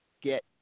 get